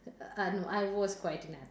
uh no I was quite an ath~